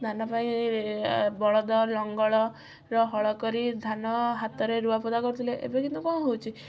ଧାନ ପାଇଁ ବଳଦ ଲଙ୍ଗଳ ର ହଳ କରି ଧାନ ହାତରେ ରୁଆ ପୋତା କରୁଥିଲେ ଏବେ କିନ୍ତୁ କ'ଣ ହଉଛି